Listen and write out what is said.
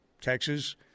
Texas